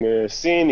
עם סין,